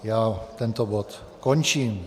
Já tento bod končím.